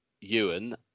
Ewan